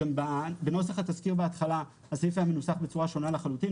בנוסח התזכיר בהתחלה הסעיף היה מנוסח בצורה שונה לחלוטין.